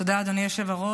תודה, אדוני היושב-ראש.